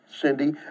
Cindy